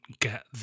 get